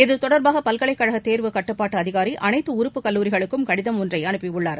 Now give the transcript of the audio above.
இத்தொடர்பாக பல்கலைக்கழக தேர்வுக் கட்டுப்பாட்டு அதிகாரி அனைத்து உறுப்பு கல்லூரிகளுக்கும் கடிதம் ஒன்றை அனுப்பியுள்ளார்